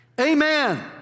Amen